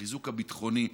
החיזוק הביטחוני,